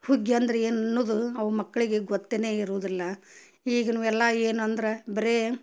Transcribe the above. ಹುಗ್ಗಿ ಅಂದರೆ ಏನು ಅನ್ನುವುದು ಅವು ಮಕ್ಕಳಿಗೆ ಗೊತ್ತೇ ಇರುವುದಿಲ್ಲ ಈಗಿನ್ವು ಎಲ್ಲ ಏನು ಅಂದರೆ ಬರೇ